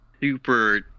super